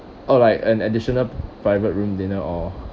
all right and additional private room dinner or